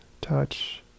touch